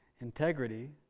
Integrity